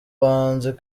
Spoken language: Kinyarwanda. bahanzi